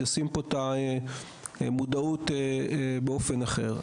נשים פה את המודעות באופן אחר.